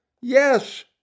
Yes